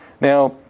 Now